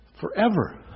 forever